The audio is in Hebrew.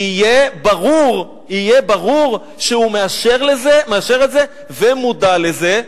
יהיה ברור, יהיה ברור שהוא מאשר את זה ומודע לזה.